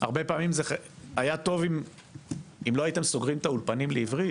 הרבה פעמים זה היה טוב אם לא הייתם סוגרים את האולפנים לעברית,